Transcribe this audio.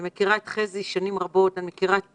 אני מכירה את חזי שנים רבות, אני מכירה את